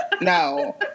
No